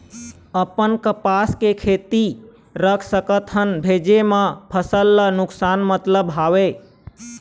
अपन कपास के खेती रख सकत हन भेजे मा फसल ला नुकसान मतलब हावे?